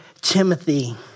Timothy